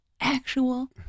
actual